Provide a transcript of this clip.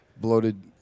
bloated